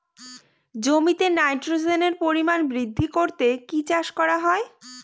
জমিতে নাইট্রোজেনের পরিমাণ বৃদ্ধি করতে কি চাষ করা হয়?